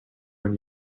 when